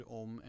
om